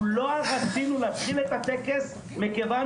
אנחנו לא רצינו להתחיל את הטקס מכיוון